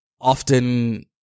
often